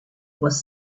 was